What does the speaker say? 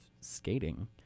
skating